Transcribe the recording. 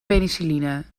penicilline